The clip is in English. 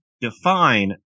define